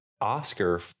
Oscar